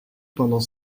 pendant